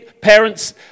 parents